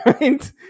right